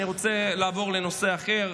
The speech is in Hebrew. אני רוצה לעבור לנושא אחר,